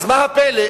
אז מה הפלא,